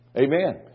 Amen